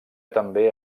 també